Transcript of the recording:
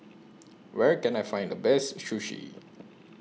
Where Can I Find The Best Sushi